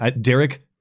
Derek